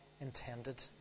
intended